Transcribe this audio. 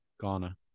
Ghana